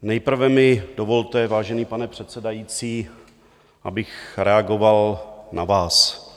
Nejprve mi dovolte, vážený pane předsedající, abych reagoval na vás.